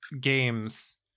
games